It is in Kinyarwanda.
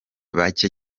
bake